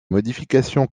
modifications